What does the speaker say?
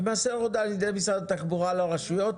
תימסר הודעה על-ידי משרד התחבורה לרשויות